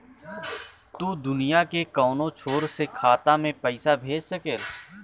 तू दुनिया के कौनो छोर से खाता में पईसा भेज सकेल